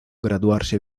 graduarse